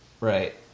Right